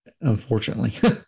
unfortunately